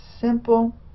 simple